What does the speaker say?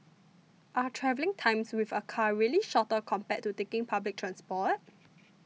are travelling times with a car really shorter compared to taking public transport